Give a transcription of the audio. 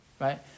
Right